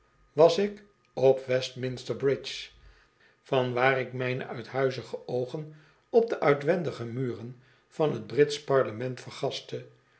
was ik op westeen reiziger die geen handel drijft minister bridge van waar ik mijne uithuizige oogen op de uitwendige muren van t britsen parlement